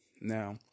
Now